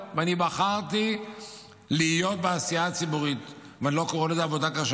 אני בחרתי להיות בעשייה הציבורית ואני לא קורא לזה עבודה קשה,